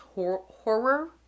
horror